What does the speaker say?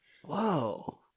Whoa